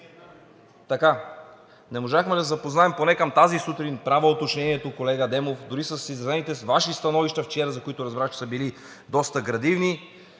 Така не можахме да се запознаем поне към тази сутрин. Правя уточнението, колега Адемов – дори с изразените Ваши становища вчера, за които разбрах, че са били доста градивни,